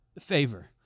favor